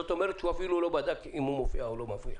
זה אומר שהוא אפילו לא בדק אם הוא מופיע או לא מופיע.